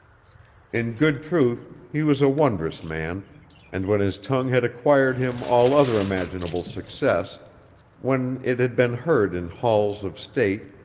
in good truth, he was a wondrous man and when his tongue had acquired him all other imaginable success when it had been heard in halls of state,